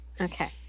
Okay